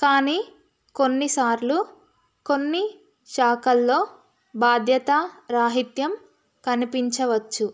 కానీ కొన్నిసార్లు కొన్ని శాఖల్లో బాధ్యత రాహిత్యం కనిపించవచ్చు